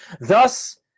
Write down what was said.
Thus